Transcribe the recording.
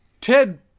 Ted